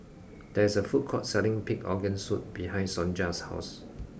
there is a food court selling pig organ soup behind Sonja's house